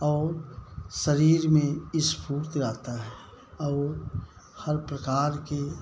और शरीर में स्फूर्ती लाता है और हर प्रकार के